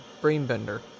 brain-bender